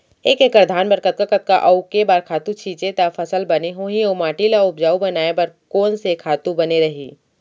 एक एक्कड़ धान बर कतका कतका अऊ के बार खातू छिंचे त फसल बने होही अऊ माटी ल उपजाऊ बनाए बर कोन से खातू बने रही?